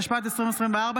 התשפ"ד 2024,